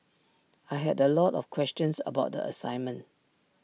I had A lot of questions about the assignment